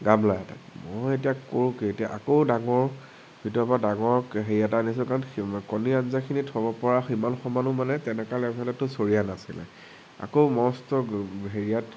গামলা এটাত মই এতিয়া কৰোঁ কি এতিয়া আকৌ ডাঙৰ যিটো আমাৰ ডাঙৰ হেৰি এটা আনিছো কাৰণ কণী আঞ্জাখিনি থ'ব পৰা সিমান সমানো মানে তেনেকা লেভেলতো চৰিয়া নাছিলে আকৌ মষ্ট হেৰিয়াত